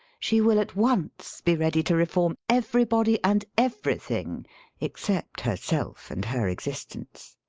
she will at once be ready to reform everybody and everything except herself and her existence.